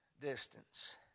distance